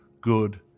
good